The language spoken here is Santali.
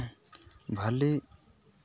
ᱵᱷᱟᱹᱞᱤ